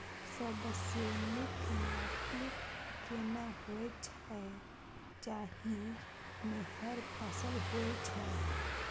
सबसे नीक माटी केना होय छै, जाहि मे हर फसल होय छै?